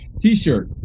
T-shirt